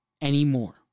anymore